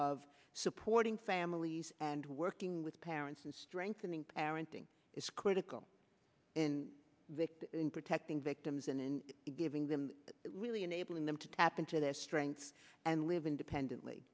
of supporting families and working with parents and strengthening parenting is critical in protecting victims and in giving them really enabling them to tap into their strengths and live independently